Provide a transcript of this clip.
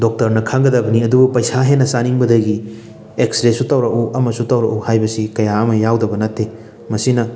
ꯗꯣꯛꯇꯔꯅ ꯈꯪꯒꯗꯕꯅꯤ ꯑꯗꯨꯕꯨ ꯄꯩꯁꯥ ꯍꯦꯟꯅ ꯆꯥꯅꯤꯡꯕꯗꯒꯤ ꯑꯦꯛꯁꯔꯦꯁꯨ ꯇꯧꯔꯛꯎ ꯑꯃꯁꯨ ꯇꯧꯔꯛꯎ ꯍꯥꯏꯕꯁꯤ ꯀꯌꯥ ꯑꯃ ꯌꯥꯎꯗꯕꯕ ꯅꯠꯇꯦ ꯃꯁꯤꯅ